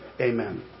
Amen